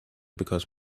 because